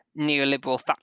neoliberal